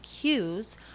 cues